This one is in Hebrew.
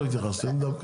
לא התייחסתם.